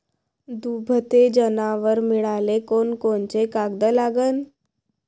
दुभते जनावरं मिळाले कोनकोनचे कागद लागन?